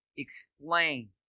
explain